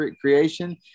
creation